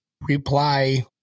reply